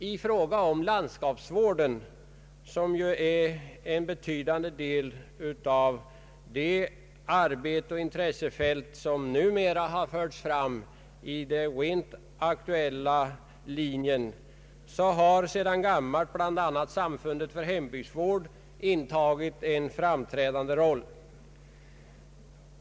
I fråga om landskapsvården, som ju utgör en betydande del av det arbete, som man numera har fått stort intresse för, har sedan gammalt Samfundet för hembygdsvård kommit att spela en framträdande roll.